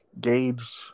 gauge